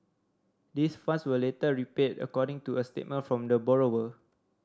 this funds were later repaid according to a statement from the borrower